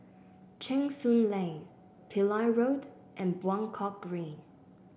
Cheng Soon Lane Pillai Road and Buangkok Green